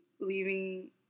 leaving